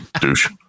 douche